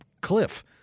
cliff